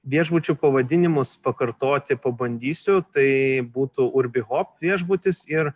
viešbučių pavadinimus pakartoti pabandysiu tai būtų urbihop viešbutis ir